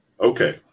Okay